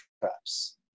traps